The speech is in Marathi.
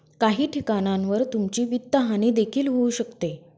काही ठिकाणांवर तुमची वित्तहानी देखील होऊ शकते